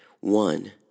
One